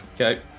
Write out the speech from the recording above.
okay